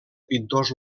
pintors